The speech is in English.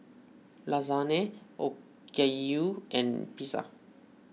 Lasagne Okayu and Pizza